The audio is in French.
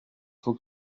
faut